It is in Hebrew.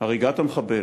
הריגת המחבל,